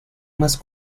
más